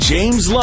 James